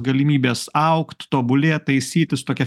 galimybės augt tobulėt taisytis tokia